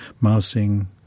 mousing